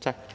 Tak.